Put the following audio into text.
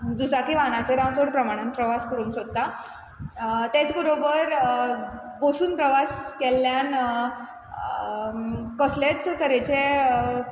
दुचाकी वाहनानचेर हांव चड प्रमाणान प्रवास करूंक सोदता तेच बरोबर बसून प्रवास केल्ल्यान कसलेच तरेचे